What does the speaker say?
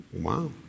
Wow